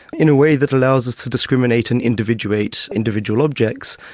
in a way that allows us to discriminate and individuate individual objects.